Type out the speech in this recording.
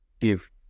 give